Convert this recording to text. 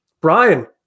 Brian